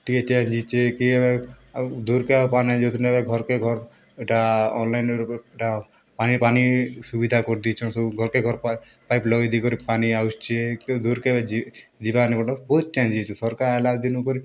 ଟିକେ ଚେଞ୍ଜ୍ ହେଇଛେ କିଏ ଆଉ ଦୂର୍ କେ ଆଉ ପାନ୍ ନେଇ ଯାଉଥିଲେ ଏବେ ଘର୍ କେ ଘର ଏଇଟା ଅନଲାଇନ୍ରେ ପାନି ପାନି ସୁବିଧା କରି ଦେଇଛନ୍ ସବୁ ଘର୍କେ ଘର୍ ପାଇପ୍ ଲଗେଇ ଦେଇ କରି ପାନି ଆସୁଛି କେ ଦୂର୍ କେ ଯିବା ନେଇ ପଡ଼େ ବହୁତ ଚେଞ୍ଜ୍ ହେଇଛେ ସରକାର୍ ଆଇଲା ଦିନୁ କରି